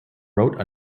wrote